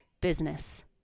business